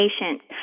patients